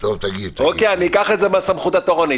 אני אקח את זה מהסמכות התורנית.